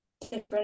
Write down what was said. different